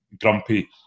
grumpy